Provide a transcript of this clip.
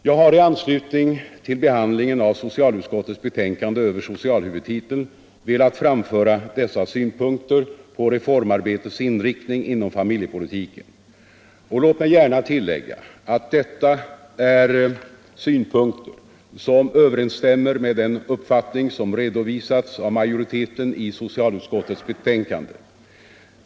Jag har i anslutning till behandlingen av socialutskottets betänkande över socialhuvudtiteln velat framföra dessa synpunkter på reformarbetets inriktning inom familjepolitiken — och låt mig gärna tillägga att detta är synpunkter som överensstämmer med den uppfattning som redovisats av majoriteten i socialutskottets betänkande.